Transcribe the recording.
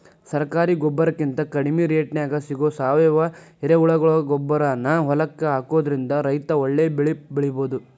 ಸರಕಾರಿ ಗೊಬ್ಬರಕಿಂತ ಕಡಿಮಿ ರೇಟ್ನ್ಯಾಗ್ ಸಿಗೋ ಸಾವಯುವ ಎರೆಹುಳಗೊಬ್ಬರಾನ ಹೊಲಕ್ಕ ಹಾಕೋದ್ರಿಂದ ರೈತ ಒಳ್ಳೆ ಬೆಳಿ ಬೆಳಿಬೊದು